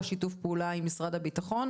השיתוף פעולה עם משרד הביטחון,